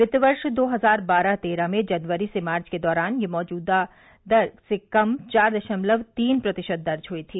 वित्त वर्ष दो हजार बारह तेरह में जनवरी से मार्च के दौरान यह दर मौजूदा दर से कम चार दशमलव तीन प्रतिशत दर्ज हुई थी